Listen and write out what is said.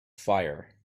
fire